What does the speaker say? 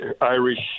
Irish